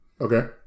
okay